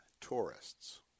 tourists